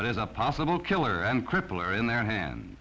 but as a possible killer and crippler in their hand